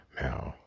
now